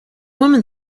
woman